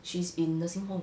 she's in nursing home